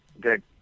good